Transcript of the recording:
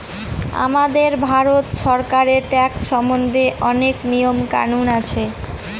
আমাদের ভারত সরকারের ট্যাক্স সম্বন্ধে অনেক নিয়ম কানুন আছে